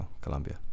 Colombia